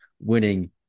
winning